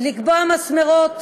לקבוע מסמרות